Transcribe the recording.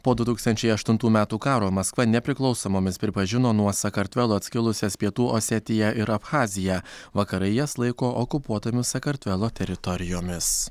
po du tūkstančiai aštuntų metų karo maskva nepriklausomomis pripažino nuo sakartvelo atskilusias pietų osetiją ir abchaziją vakarai jas laiko okupuotomis sakartvelo teritorijomis